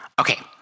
Okay